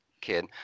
kid